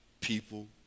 people